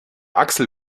axel